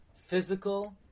physical